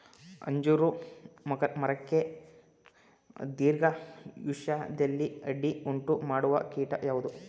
ಅಂಜೂರ ಮರಕ್ಕೆ ದೀರ್ಘಾಯುಷ್ಯದಲ್ಲಿ ಅಡ್ಡಿ ಉಂಟು ಮಾಡುವ ಕೀಟ ಯಾವುದು?